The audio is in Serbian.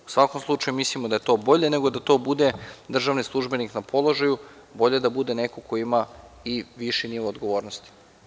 U svakom slučaju, mislimo da je to bolje nego da to bude državni službenik na položaju, bolje da bude neko ko ima i viši nivo odgovornosti.